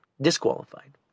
disqualified